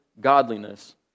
godliness